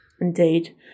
indeed